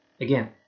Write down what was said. Again